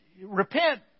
repent